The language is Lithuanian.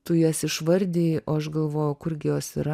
tu jas išvardijai o aš galvojau kur gi jos yra